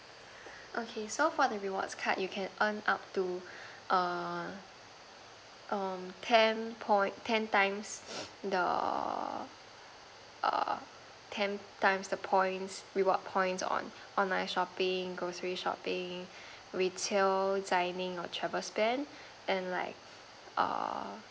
okay so for the rewards card you can earn up to err err ten point ten times the err ten times the points reward points on online shopping grocery shopping retail dining or travel spend and like err